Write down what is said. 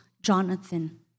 Jonathan